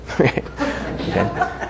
Okay